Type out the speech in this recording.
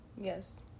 Yes